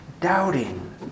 doubting